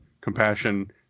Compassion